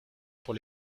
pour